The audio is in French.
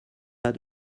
pas